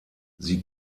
sie